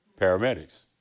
Paramedics